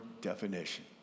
definition